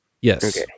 Yes